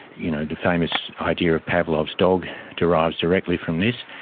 you know, the famous idea of pavlov's dog derives directly from this.